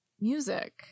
music